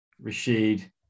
Rashid